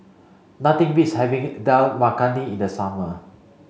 nothing beats having Dal Makhani in the summer